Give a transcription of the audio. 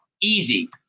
Easy